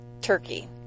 turkey